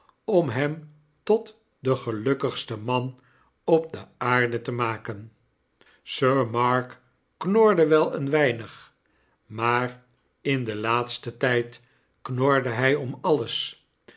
om hem tot den gelukkigsten man op de wereld te maken sir mark knorde wel een weinig maar in den laatsten tjjd knorde hy om alles